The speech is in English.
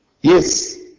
Yes